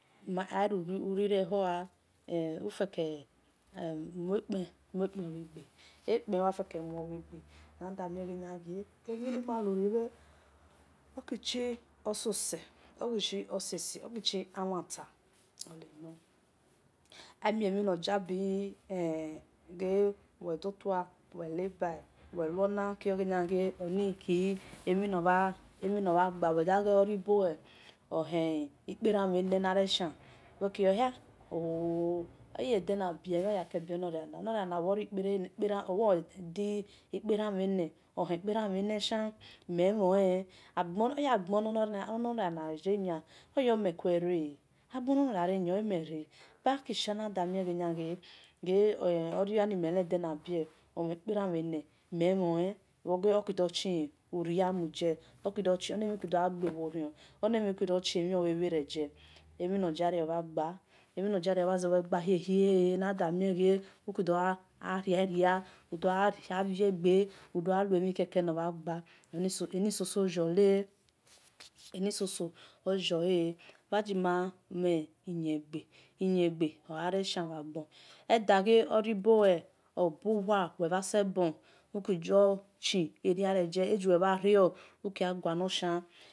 Ari uri rehua ureke mue kpen bhe gbe na da mue emi ni malu rebhe oki shie osose oki shie emiesi-oki shie amhan ta olenor arue mi nor jabi wel dotua wel leba ona kio wel ghe oni ki emi notoha gba wel daghole ibowu ohie ikeran-mhen nare shian wel kil yon yhooo ebeye dena bioni eyo biemhen oki ri kperan shian mel mhoe aya gbon nenor ria na re eyo e̠ me̠ re baki shor na da mie ghe oria nime le de nabio omhe kperan wel enel mel ki der shi oria mi jie oki ona mhi ki do̠ gha ghuwo rion onemi ki da kie mhi obhe bhe jio emhi nor diarior bha gba hie-hie uki dan ria-ria dor gha vie gbe udo gha lue mi keke nor mhan gba eni keke yohe iziegbe ore shia bha gbo oda ghe ori boie obuwa wel bha sabor bun uki do shi eria kio egiu bhu rio uki gha gualor shian.